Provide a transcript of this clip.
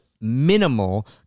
minimal